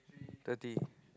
thirty